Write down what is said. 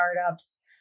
startups